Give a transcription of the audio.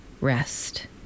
rest